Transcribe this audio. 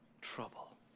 trouble